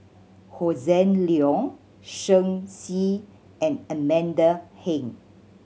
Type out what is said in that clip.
Hossan Leong Shen Xi and Amanda Heng